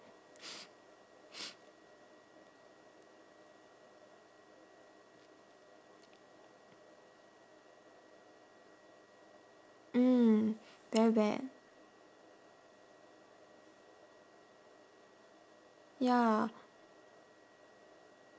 mm very bad ya